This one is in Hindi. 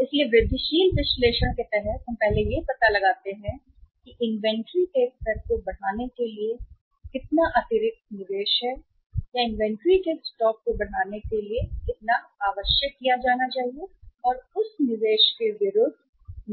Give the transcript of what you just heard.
इसलिए वृद्धिशील विश्लेषण के तहत हम पहले यह पता लगाते हैं कि कितना अतिरिक्त निवेश है इन्वेंट्री के स्तर को बढ़ाने के लिए या इन्वेंट्री के स्टॉक को बढ़ाने के लिए आवश्यक किया जाना चाहिए और उस निवेश के विरुद्ध